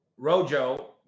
Rojo